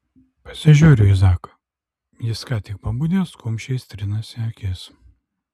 pasižiūriu į zaką jis ką tik pabudęs kumščiais trinasi akis